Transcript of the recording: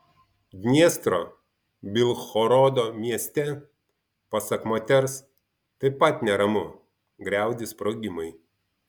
dniestro bilhorodo mieste pasak moters taip pat neramu griaudi sprogimai